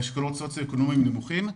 מאשכולות סוציו-אקונומיים נמוכים.